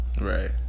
Right